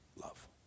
Love